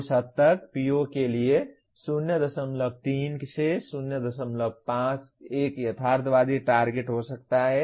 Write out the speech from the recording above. उस हद तक PO के लिए 03 से 05 एक यथार्थवादी टारगेट हो सकता है